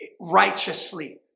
righteously